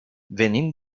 venim